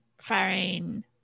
firing